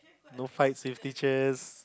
no fights with teachers